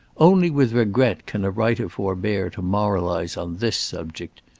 only with regret can a writer forbear to moralize on this subject.